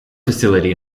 facility